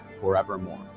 forevermore